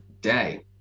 day